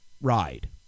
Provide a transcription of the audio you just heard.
Ride